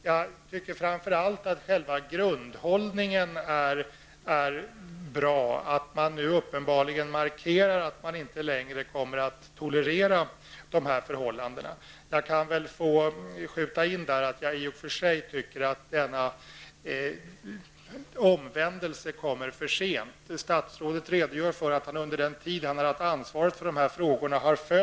Jag tycker framför allt att själva grundhållningen är bra, att man nu markerar att man inte längre kommer att tolerera dessa förhållanden. Jag kan väl få skjuta in att jag i och för sig tycker att denna omvändelse kommer sent.